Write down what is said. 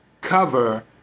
cover